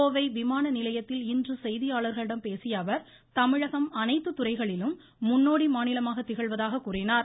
கோவை விமான நிலையத்தில் இன்று செய்தியாளர்களிடம் பேசிய அவர் தமிழகம் அனைத்து துறைகளிலும் முன்னோடி மாநிலமாக திகழ்வதாக கூறினார்